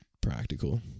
practical